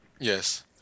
Yes